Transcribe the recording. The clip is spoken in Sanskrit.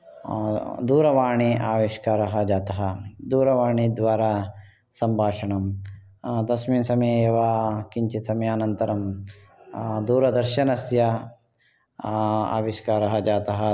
दूरवाणी आविष्कारः जातः दूरवाणीद्वारा सम्भाषणं तस्मिन् समये एव किञ्चित् समयानन्तरं दूरदर्शनस्य आविष्कारः जातः